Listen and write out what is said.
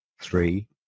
three